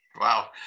wow